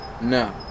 No